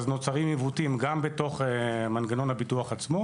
נוצרים עיוותים גם בתוך מנגנון הביטוח עצמו